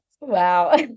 Wow